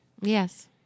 Yes